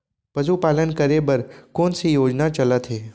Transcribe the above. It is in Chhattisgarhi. पशुपालन करे बर कोन से योजना चलत हे?